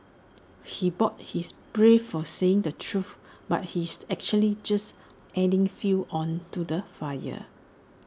he bought he's brave for saying the truth but he's actually just adding fuel on to the fire